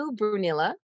brunilla